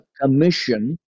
commission